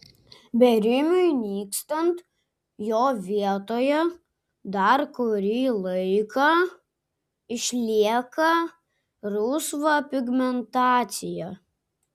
bėrimui nykstant jo vietoje dar kurį laiką išlieka rusva pigmentacija